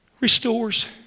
restores